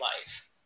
life